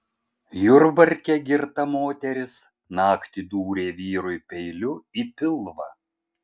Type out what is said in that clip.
jurbarke girta moteris naktį dūrė vyrui peiliu į pilvą